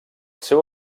seu